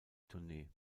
tournee